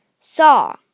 saw